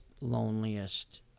loneliest